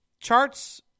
Charts